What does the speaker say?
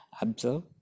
observe